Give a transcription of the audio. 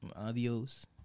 Adios